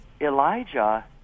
Elijah